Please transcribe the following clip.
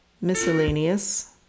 miscellaneous